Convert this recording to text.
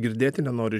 girdėti nenori